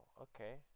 okay